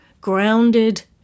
grounded